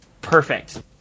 perfect